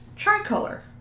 tricolor